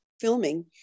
filming